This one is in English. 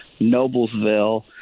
Noblesville